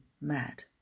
mad